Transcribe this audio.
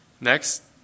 Next